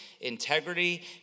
integrity